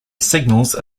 signals